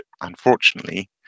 unfortunately